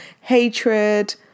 hatred